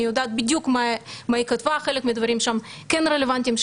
אני יודעת בדיוק מה היא כתבה וחלק מהדברים שם כן רלוונטיים,